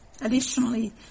Additionally